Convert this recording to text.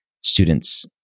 students